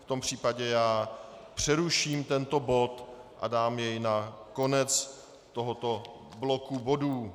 V tom případě přeruším tento bod a dám jej na konec tohoto bloku bodů.